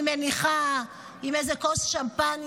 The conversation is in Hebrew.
אני מניחה, עם איזה כוס שמפניה,